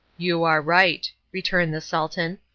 you are right, returned the sultan,